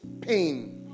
pain